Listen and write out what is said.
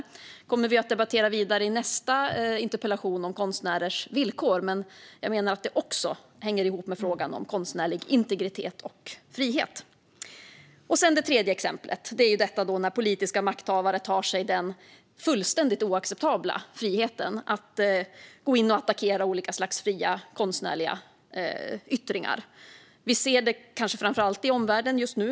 I nästa interpellationsdebatt kommer vi att debattera konstnärers villkor, men jag menar att det också hänger ihop med frågan om konstnärlig integritet och frihet. Nästa exempel är när politiska makthavare tar sig den fullständigt oacceptabla friheten att gå in och attackera olika slags fria konstnärliga yttringar. Vi ser det kanske framför allt i omvärlden just nu.